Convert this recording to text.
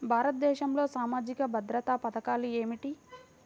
భారతదేశంలో సామాజిక భద్రతా పథకాలు ఏమిటీ?